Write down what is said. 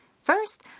First